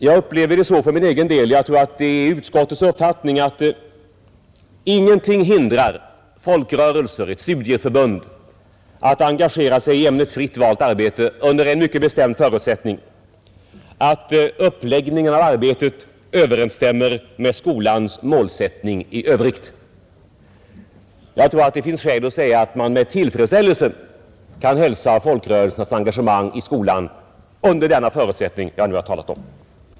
För egen del upplever jag det så, och jag tror att det också är utskottets uppfattning, att ingenting hindrar folkrörelser och studieförbund från att engagera sig i ämnet fritt valt arbete — under en mycket bestämd förutsättning, nämligen den att uppläggningen av arbetet överensstämmer med skolans målsättning i övrigt. Jag anser det finns skäl att säga, att man med tillfredsställelse skulle hälsa folkrörelsernas engagemang i skolan under den förutsättningen.